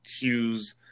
Hughes